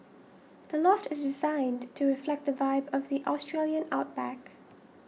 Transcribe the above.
the loft is designed to reflect the vibe of the Australian outback